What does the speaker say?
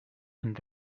and